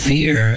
Fear